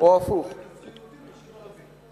או הפוך, לא ייכנסו יהודים, ישאירו ערבים.